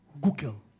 Google